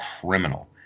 criminal